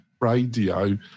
radio